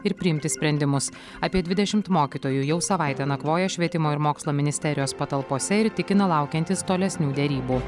ir priimti sprendimus apie dvidešimt mokytojų jau savaitę nakvoja švietimo ir mokslo ministerijos patalpose ir tikina laukiantys tolesnių derybų